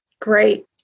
Great